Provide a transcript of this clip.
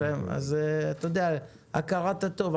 הכרת הטוב.